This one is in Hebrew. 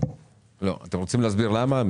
אמיר, אתם רוצים להסביר למה?